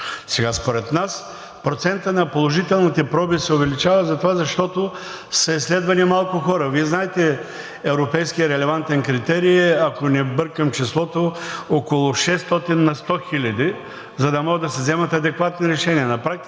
Според нас процентът на положителните проби се увеличава затова, защото са изследвани малко хора. Вие знаете европейският релевантен критерий, ако не бъркам числото, е около 600 на 100 хиляди, за да могат да се вземат адекватни решения.